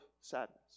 sadness